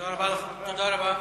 תודה רבה.